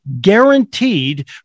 guaranteed